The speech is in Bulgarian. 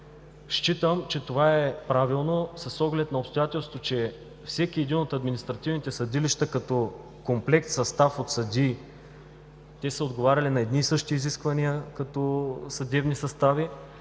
Считам, че това е правилно с оглед на обстоятелството, че всеки един от административните съдилища като комплект състав от съдии – те са отговаряли на едни и същи изисквания като съдебни състави,